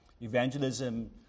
Evangelism